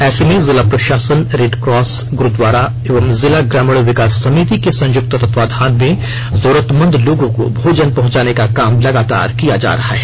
ऐसे में जिला प्रशासन रेड क्रॉस गुरुद्वारा एवं जिला ग्रामीण विकास समिति के संयुक्त तत्वावधान में जरूरतमंद लोगों को भोजन पहुंचाने का काम लगातार किया जा रहा है